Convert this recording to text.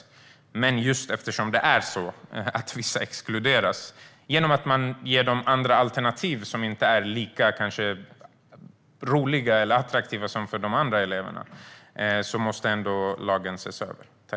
Men lagen måste ses över just eftersom det är så att vissa exkluderas - det sker genom att man ger dem alternativ som kanske inte är lika roliga eller attraktiva som alternativen för de andra eleverna.